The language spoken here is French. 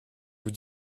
vous